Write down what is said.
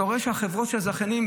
אתה רואה שהחברות הזכייניות,